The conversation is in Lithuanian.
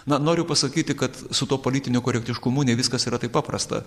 noriu pasakyti kad su tuo politiniu korektiškumu ne viskas yra taip paprasta